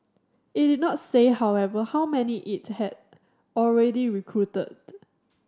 it did not say however how many it had already recruited